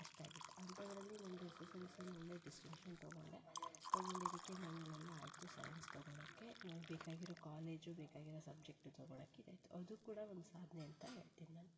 ಕಷ್ಟವಾಗಿತ್ತು ಅಂಥದರಲ್ಲಿ ನಂದು S S L ಸಿಲಿ ಒಳ್ಳೆಯ ಡಿಸ್ಟಿಂಕ್ಷನ್ ತೊಗೊಂಡೆ ತೊಗೊಂಡಿದಕ್ಕೆ ಮನೇಲೆಲ್ಲ ಆಯಿತು ಸೈನ್ಸ್ ತೊಗೋಳಕ್ಕೆ ನನ್ಗೆ ಬೇಕಾಗಿರೋ ಕಾಲೇಜು ಬೇಕಾಗಿರೋ ಸಬ್ಜೆಕ್ಟು ತೊಗೋಳಕ್ಕಿದ್ದಿತ್ತು ಅದೂ ಕೂಡ ಒಂದು ಸಾಧನೆ ಅಂತ ಹೇಳ್ತೀನಿ ನಾನು